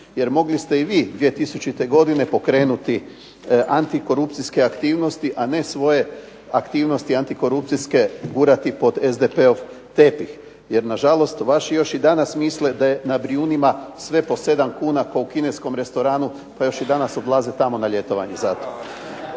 jer mogli ste i vi 2000. godine pokrenuti antikorupcijske aktivnosti, a ne svoje aktivnosti korupcijske gurati pod SDP-ov tepih. Jer nažalost, vaši još i danas misle da je na Brijunima sve po 7 kuna kao u kineskom restoranu pa još i danas odlaze tamo na ljetovanje, zato.